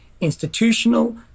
institutional